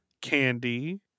Candy